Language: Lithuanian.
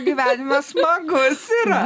gyvenimas smagus yra